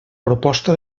proposta